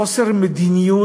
בגלל חוסר מדיניות